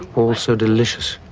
all so delicious.